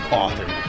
author